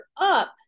up